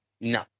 No